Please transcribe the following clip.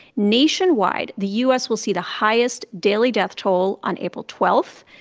nationwide, the u s. will see the highest daily death toll on april twelve.